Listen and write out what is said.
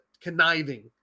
conniving